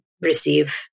receive